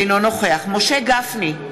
אינו נוכח משה גפני,